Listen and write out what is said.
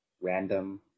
random